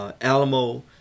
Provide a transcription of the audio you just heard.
Alamo